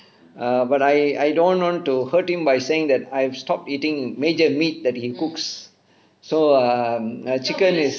err but I I don't want to hurt him by saying that I have stopped eating major meat that he cooks so um chicken is